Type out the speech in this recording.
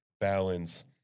balance